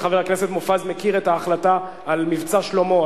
וחבר הכנסת מופז מכיר את ההחלטה על "מבצע שלמה",